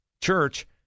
church